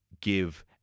give